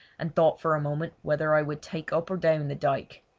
and thought for a moment whether i would take up or down the dyke.